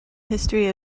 history